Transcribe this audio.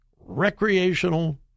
recreational